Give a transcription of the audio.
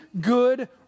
good